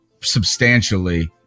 substantially